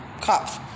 cops